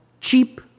cheap